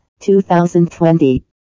2020